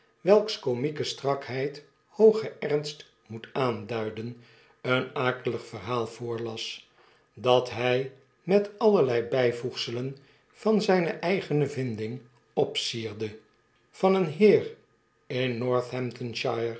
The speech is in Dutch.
welks komieke strakheid hoogen ernst moet aanduiden een akelig verhaal voorlas dat by met allerlei byvoegselen van zijne eigene vinding opsierde van een heer in